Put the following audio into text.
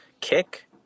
kick